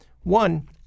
One